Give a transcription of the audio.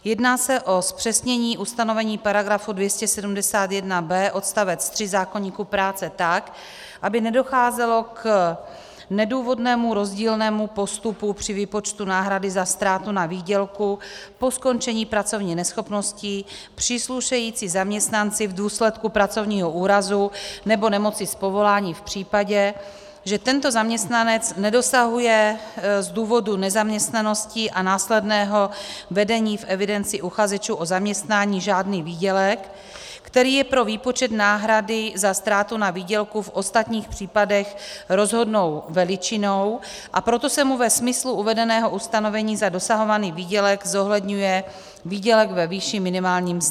Jedná se o zpřesnění ustanovení § 271b odst. 3 zákoníku práce tak, aby nedocházelo k nedůvodnému rozdílnému postupu při výpočtu náhrady za ztrátu na výdělku po skončení pracovní neschopnosti příslušející zaměstnanci v důsledku pracovního úrazu nebo nemoci z povolání v případě, že tento zaměstnanec nedosahuje z důvodu nezaměstnanosti a následného vedení v evidenci uchazečů o zaměstnání žádný výdělek, který je pro výpočet náhrady za ztrátu na výdělku v ostatních případech rozhodnou veličinou, a proto se mu ve smyslu uvedeného ustanovení za dosahovaný výdělek zohledňuje výdělek ve výši minimální mzdy.